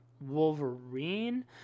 Wolverine